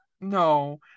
no